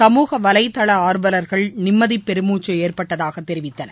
சமூக வலைதள ஆர்வலர்கள் நிம்மதி பெருமூச்சு ஏற்பட்டதாக தெரிவித்தனர்